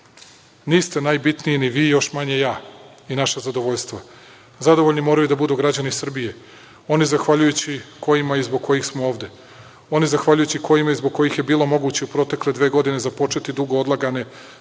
niste najbitniji ni vi, još manje ja i naša zadovoljstva. Zadovoljni moraju da budu građani Srbije, oni zahvaljujući kojima i zbog kojih smo ovde, oni zahvaljujući kojima i zbog kojih je bilo moguće u protekle dve godine započeti dugo odlagane,